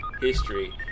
history